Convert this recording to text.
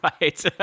right